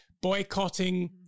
boycotting